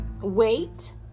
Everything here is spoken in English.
Wait